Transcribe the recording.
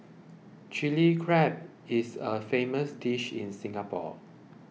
Chilli Crab is a famous dish in Singapore